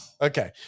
okay